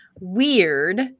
weird